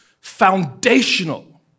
foundational